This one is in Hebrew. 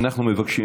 אנחנו מבקשים,